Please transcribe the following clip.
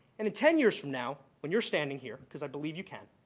and in ten years from now when you're standing here, because i believe you can,